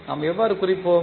நாம் எவ்வாறு குறிப்போம்